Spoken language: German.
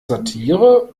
satire